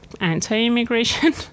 anti-immigration